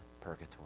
purgatory